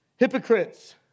hypocrites